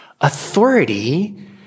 Authority